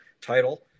title